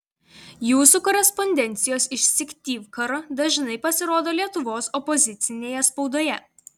jūsų korespondencijos iš syktyvkaro dažnai pasirodo lietuvos opozicinėje spaudoje